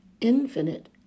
infinite